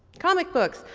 comic books.